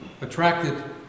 attracted